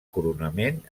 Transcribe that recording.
coronament